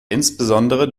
insbesondere